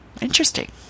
Interesting